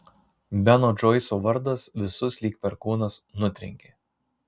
beno džoiso vardas visus lyg perkūnas nutrenkė